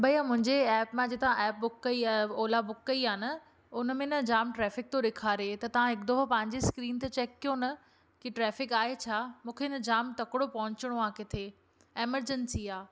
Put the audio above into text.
भैया मुंहिंजे ऐप मां जिथां ऐप बुक कइ आहे ओला बुक कइआहे न हुन में न जाम ट्रैफ़िक तो ॾेखारे त तव्हां हिकु दफ़ो पंहिंजी स्क्रीन ते चेक कयो न कि ट्रैफ़िक आहे छा मूंखे ना जाम तकड़ो पहुचणो आहे किथे एमरजेंसी आहे